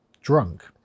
drunk